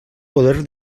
poder